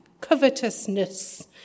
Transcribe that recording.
covetousness